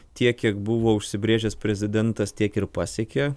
tiek kiek buvo užsibrėžęs prezidentas tiek ir pasiekė